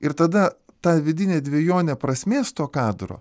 ir tada ta vidinė dvejonė prasmės to kadro